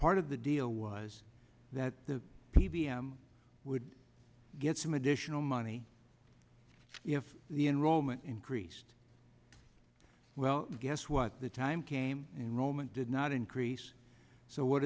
part of the deal was that the p b m would get some additional money if the enrollment increased well guess what the time came in rome and did not increase so what